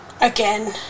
again